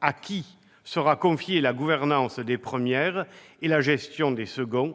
à qui seront confiées la gouvernance des premières et la gestion des seconds.